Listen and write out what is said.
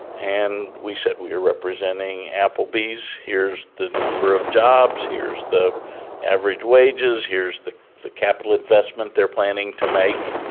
and we said we are representing applebee's. here's the number of jobs. here's the average wages. here's the the capital investment they're planning to make.